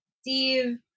Steve